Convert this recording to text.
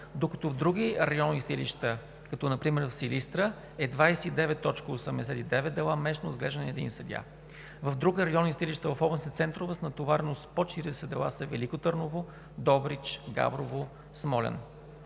Докато в други районни съдилища, например в Силистра, е 29,89 дела месечно, разглеждани от един съдия. В други районни съдилища в областните центрове с натовареност под 40 дела са Велико Търново, Добрич, Габрово, Смолян.